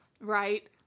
Right